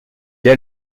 est